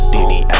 Diddy